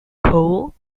coal